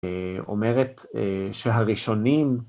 ‫אומרת שהראשונים...